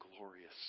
glorious